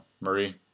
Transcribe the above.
Marie